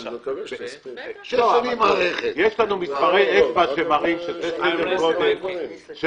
יש לנו מספרי אצבע שמראים שזה סדר גודל של